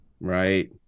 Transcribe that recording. Right